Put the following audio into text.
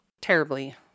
terribly